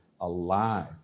alive